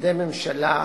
משרדי ממשלה,